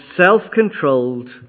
self-controlled